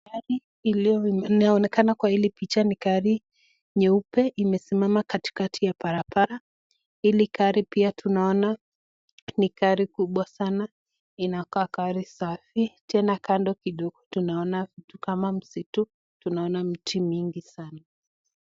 Gari inayoonekana kwa hili picha ni gari nyeupe, imesimama katikati ya barabara. Hili gari pia tunaona ni gari kubwa sana. Inakaa gari safi, tena kando kidogo tunaona kitu kama msitu. Tunaona miti mingi sana.